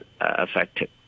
affected